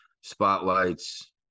Spotlights